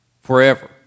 forever